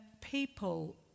people